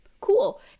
cool